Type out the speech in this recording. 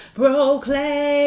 proclaim